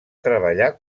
treballar